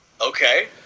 Okay